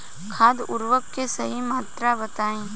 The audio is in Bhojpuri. खाद उर्वरक के सही मात्रा बताई?